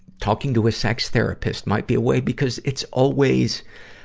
talking to a sex therapist might be a way. because it's always,